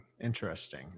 Interesting